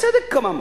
בצדק קמה המחאה.